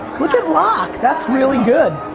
look at lock, that's really good.